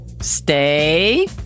stay